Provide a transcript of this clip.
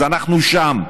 אז אנחנו שם,